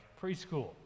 preschool